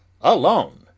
alone